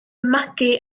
magu